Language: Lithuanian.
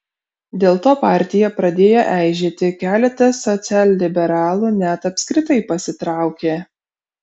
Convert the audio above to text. dėl to partija pradėjo eižėti keletas socialliberalų net apskritai pasitraukė